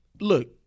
look